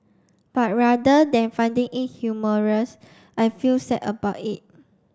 but rather than finding it humorous I feel sad about it